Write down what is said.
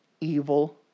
evil